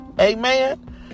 Amen